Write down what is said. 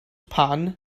pan